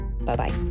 Bye-bye